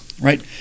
right